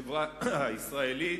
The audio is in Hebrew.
בחברה הישראלית,